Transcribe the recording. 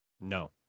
No